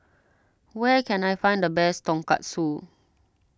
where can I find the best Tonkatsu